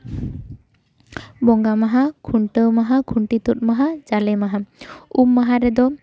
ᱵᱚᱸᱜᱟ ᱢᱟᱦᱟ ᱠᱷᱩᱱᱴᱟᱹᱣ ᱢᱟᱦᱟ ᱠᱷᱩᱱᱴᱤ ᱛᱩᱫ ᱢᱟᱦᱟ ᱡᱟᱞᱮ ᱢᱟᱦᱟ ᱩᱢ ᱢᱟᱦᱟ ᱨᱮᱫᱚ